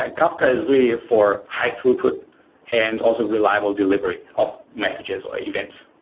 and kafka is really for high-throughput and also reliable delivery of messages, or events,